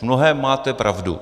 V mnohém máte pravdu.